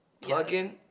plug-in